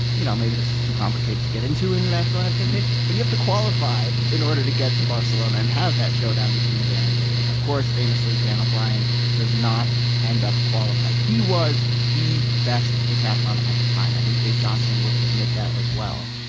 you know maybe this is too complicated to get into a national ad campaign, but you have to qualify in order to get to barcelona and have that showdown between dan and dave. and of course famously dan o'brien does not end up qualifying. he was the best decathlete at the time. i think dave johnson would admit that as well.